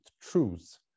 truths